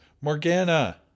Morgana